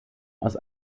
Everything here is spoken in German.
aus